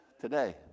today